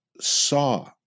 saw